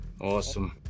Awesome